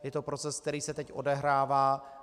Je to proces, který se teď odehrává.